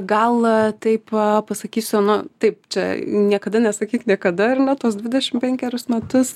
gal taip pasakysiu nu taip čia niekada nesakyk niekada ar ne tuos dvidešim penkerius metus